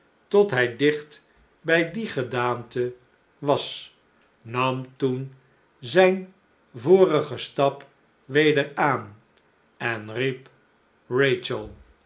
tot hij dicht bij die gedaante was nam toen zijn vorigen stap weder aan en riep